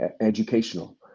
educational